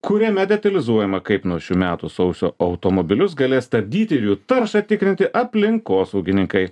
kuriame detalizuojama kaip nuo šių metų sausio automobilius galės stabdyti jų taršą tikrinti aplinkosaugininkai